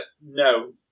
No